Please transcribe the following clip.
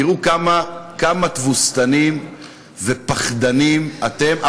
תראו כמה תבוסתנים ופחדנים אתם,